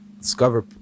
Discover